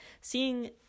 seeing